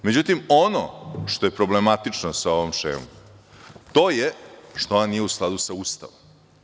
Međutim, ono što je problematično sa ovom šemom jeste što ona nije u skladu sa Ustavom.